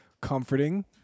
comforting